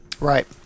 Right